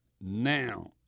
now